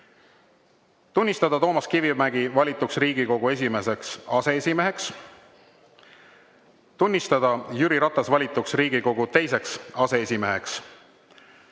Tunnistada Toomas Kivimägi valituks Riigikogu esimeseks aseesimeheks. 2. Tunnistada Jüri Ratas valituks Riigikogu teiseks aseesimeheks.